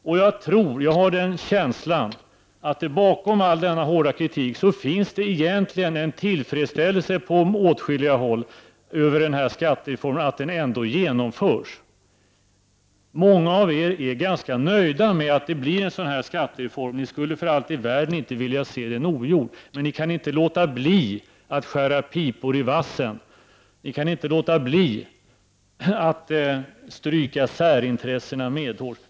Och jag har en känsla av att det bakom all denna hårda kritik egentligen på vissa håll finns en tillfredsställelse över att den här skattereformen ändå genomförs. Många av er är ganska nöjda med att det blir en sådan här skattereform. Ni skulle för allt i världen inte vilja se den ogjord. Men ni kan inte låta bli att skära pipor i vassen, ni kan inte låta bli att stryka särintressena medhårs.